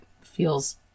feels